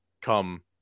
come